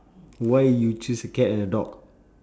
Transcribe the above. why you choose a cat and a dog